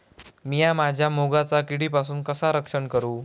मीया माझ्या मुगाचा किडीपासून कसा रक्षण करू?